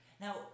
Now